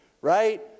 right